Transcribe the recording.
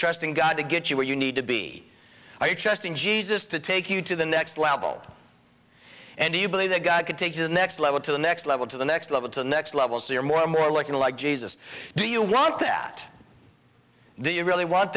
trusting god to get you where you need to be or your chest in jesus to take you to the next level and you believe that god could take the next level to the next level to the next level to the next level so you're more and more looking like jesus do you want that do you really want